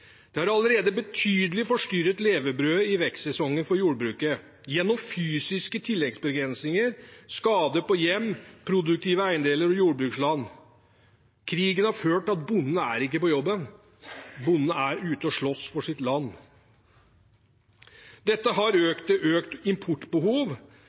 Det har allerede betydelig forstyrret levebrødet i vekstsesongen for jordbruket gjennom fysiske tilleggsbegrensninger, skader på hjem, produktive eiendeler og jordbruksland. Krigen har ført til at bonden ikke er på jobben, bonden er ut og slåss for sitt land. Dette har